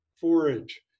forage